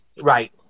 right